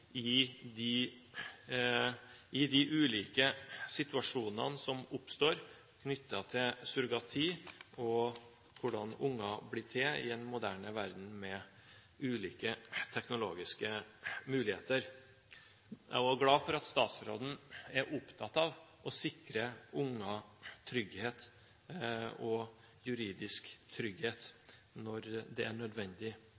i de ulike situasjonene som oppstår knyttet til surrogati, og hvordan unger blir til i en moderne verden med ulike teknologiske muligheter. Jeg er også glad for at statsråden er opptatt av å sikre unger trygghet og juridisk